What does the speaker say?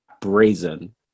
brazen